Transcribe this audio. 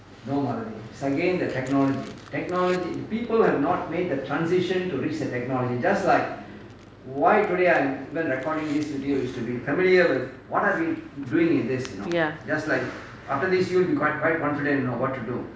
ya